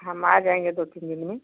हम आ जाएँगे दो तीन दिन में